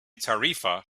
tarifa